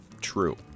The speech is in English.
true